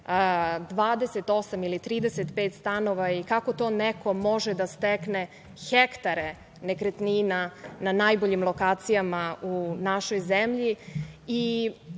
28 ili 35 stanova ili kako neko može da stekne hektare nekretnina na najboljim lokacijama u našoj